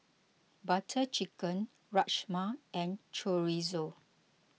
Butter Chicken Rajma and Chorizo